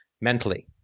mentally